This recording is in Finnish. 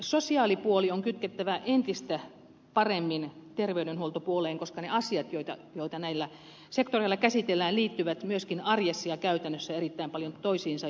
sosiaalipuoli on kytkettävä entistä paremmin terveydenhuoltopuoleen koska ne asiat joita näillä sektoreilla käsitellään liittyvät myöskin arjessa ja käytännössä erittäin paljon toisiinsa